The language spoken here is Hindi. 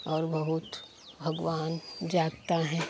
और बहुत भगवान जागता हैं